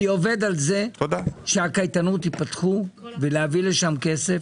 אני עובד על זה שהקייטנות ייפתחו ולהביא לשם כסף,